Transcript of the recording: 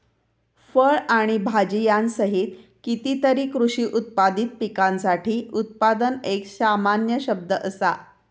फळ आणि भाजीयांसहित कितीतरी कृषी उत्पादित पिकांसाठी उत्पादन एक सामान्य शब्द असा